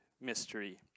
mystery